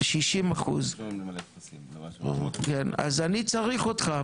60%. אז אני צריך אותך.